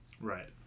right